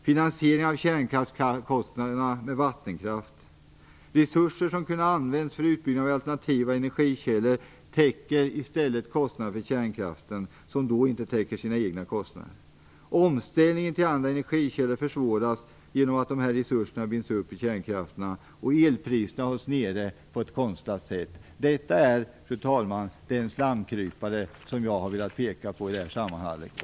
Finansiering av kärnkraftskostnaderna med vattenkraft. Resurser som kunde ha använts för utbyggnad av alternativa energikällor täcker i stället kostnaderna för kärnkraften som då inte täcker sina egna kostnader. Omställningen till andra energikällor försvåras genom att dessa resurser binds upp i kärnkraften, och elpriserna hålls nere på ett konstlat sätt. Detta är, fru talman, den slamkrypare som jag har velat peka på i det här sammanhanget.